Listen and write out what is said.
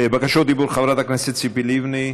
בקשות דיבור: חברת הכנסת ציפי לבני,